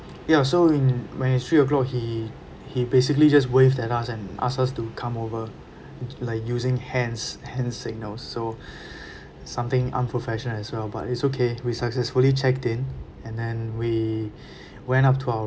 ya so in when it's three o'clock he he basically just waved at us and asked us to come over like using hands hands signal so something unprofessional as well but it's okay we successfully checked in and then we went up to our